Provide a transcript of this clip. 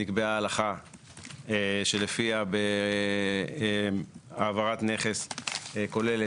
נקבעה ההלכה שלפיה העברת נכס כוללת,